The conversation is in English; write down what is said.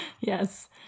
Yes